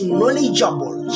knowledgeable